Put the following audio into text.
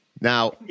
Now